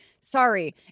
Sorry